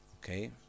Okay